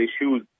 issues